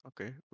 okay